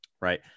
right